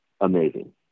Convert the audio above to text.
amazing